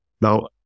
now